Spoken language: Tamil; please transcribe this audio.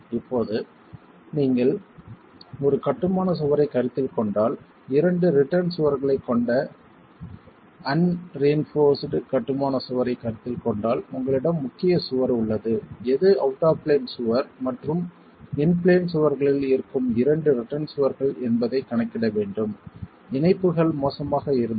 இப்போது நீங்கள் ஒரு கட்டுமான சுவரைக் கருத்தில் கொண்டால் இரண்டு ரிட்டர்ன் சுவர்களைக் கொண்ட அன்ரியின்போர்ஸ்ட் கட்டுமான சுவரைக் கருத்தில் கொண்டால் உங்களிடம் முக்கியச் சுவர் உள்ளது எது அவுட் ஆப் பிளேன் சுவர் மற்றும் இன் பிளேன் சுவர்களில் இருக்கும் இரண்டு ரிட்டர்ன் சுவர்கள் என்பதை கணக்கிடவேண்டும் இணைப்புகள் மோசமாக இருந்தால்